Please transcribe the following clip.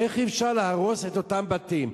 איך אפשר להרוס את אותם בתים?